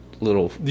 little